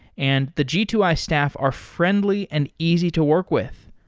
and the g two i staff are friendly and easy to work with.